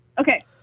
Okay